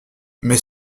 mais